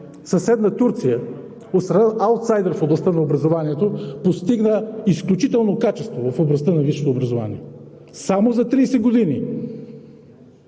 съседна Турция от страна аутсайдер в областта на образованието постигна изключително качество в областта на висшето образование. Само за 30 години!